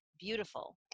beautiful